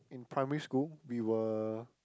in primary school we were